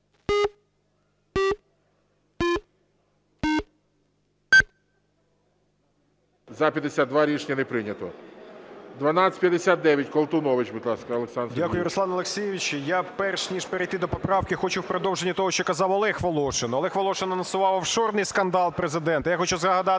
За-52 Рішення не прийнято. 1259, Колтунович, будь ласка, Олександр Сергійович. 14:42:33 КОЛТУНОВИЧ О.С. Дякую, Руслан Олексійович. Я, перш ніж перейти до поправки, хочу в продовження того, що казав Олег Волошин. Олег Волошин анонсував офшорний скандал Президента.